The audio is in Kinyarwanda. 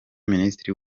minisitiri